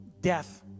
death